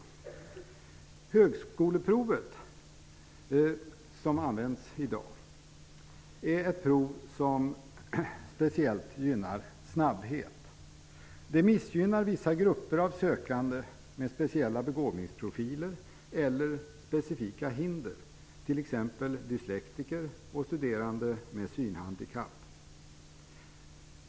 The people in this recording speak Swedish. Det högskoleprov som används i dag är ett prov som speciellt gynnar snabbhet. Det missgynnar vissa grupper av sökande med speciella begåvningsprofiler eller specifika hinder, t.ex. dyslektiker och studerande med synhandikapp.